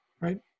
right